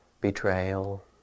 betrayal